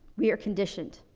we are conditioned.